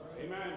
Amen